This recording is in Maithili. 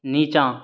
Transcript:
नीचाँ